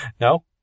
No